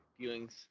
viewings